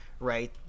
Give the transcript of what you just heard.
right